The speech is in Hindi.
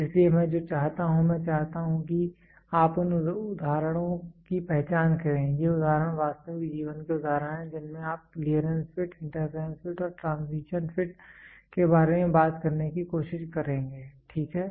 इसलिए मैं जो चाहता हूं मैं चाहता हूं कि आप उन उदाहरणों की पहचान करें ये उदाहरण वास्तविक जीवन के उदाहरण हैं जिनमें आप क्लीयरेंस फिट इंटरफेरेंस फिट और फिर ट्रांजिशन फिट के बारे में बात करने की कोशिश करेंगे ठीक है